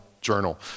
journal